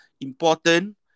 important